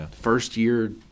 first-year